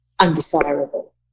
undesirable